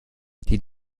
die